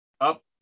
up